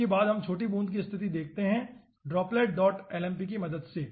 इसके बाद हम छोटी बूंद की स्थिति देखते हैं dropletlmp की मदद से